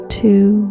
two